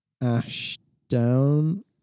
Ashdown